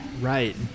right